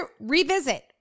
revisit